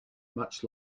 much